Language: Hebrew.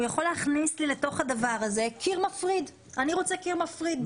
הוא יכול להכניס לי לתוך הדבר הזה קיר מפריד ולומר שהוא רוצה קיר מפריד.